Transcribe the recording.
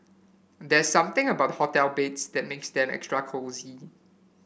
there's something about the hotel beds that makes them extra cosy